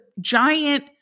giant